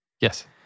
Yes